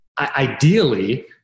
ideally